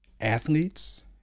athletes